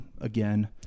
again